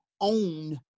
own